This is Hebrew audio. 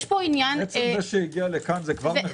- עצם זה שהיא כאן זה כבר מחדל של משרד האוצר.